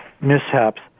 mishaps